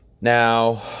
Now